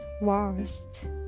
worst